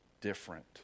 different